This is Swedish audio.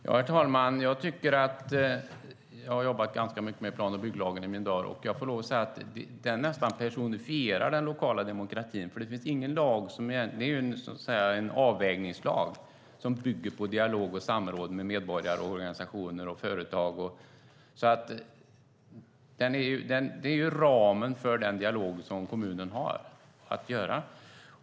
Herr talman! Jag har jobbat ganska mycket med plan och bygglagen under mina dagar. Jag får lov att säga att den nästan personifierar den lokala demokratin. Det är, så att säga, en avvägningslag som bygger på dialog och samråd med medborgare, organisationer och företag. Det är ramen för den dialog som kommunen har att göra.